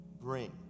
bring